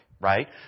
right